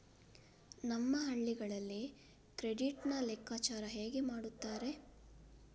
ನಮ್ಮ ಹಳ್ಳಿಗಳಲ್ಲಿ ಕ್ರೆಡಿಟ್ ನ ಲೆಕ್ಕಾಚಾರ ಹೇಗೆ ಮಾಡುತ್ತಾರೆ?